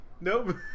Nope